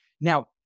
Now